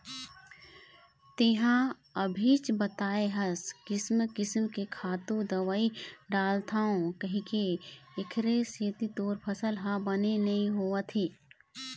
तेंहा अभीच बताए हस किसम किसम के खातू, दवई डालथव कहिके, एखरे सेती तोर फसल ह बने नइ होवत हे